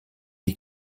die